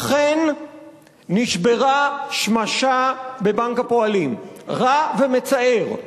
אכן נשברה שמשה בבנק הפועלים, רע ומצער.